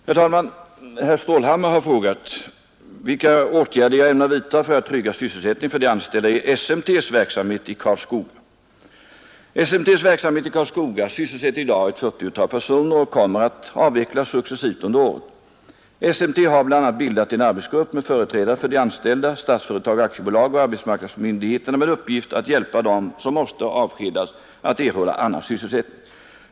Herr talman! Herr Stålhammar har frågat mig vilka åtgärder jag ämnar vidtaga för att trygga sysselsättningen för de anställda i SMT:s verksamhet i Karlskoga. SMT:s verksamhet i Karlskoga sysselsätter i dag ett fyrtiotal personer och kommer att avvecklas successivt under året. SMT har bl.a. bildat en arbetsgrupp med företrädare för de anställda, Statsföretag AB och arbetsmarknadsmyndigheterna med uppgift att hjälpa dem som måste avskedas att erhålla annan sysselsättning.